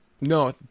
No